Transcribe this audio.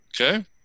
Okay